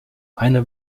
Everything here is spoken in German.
eine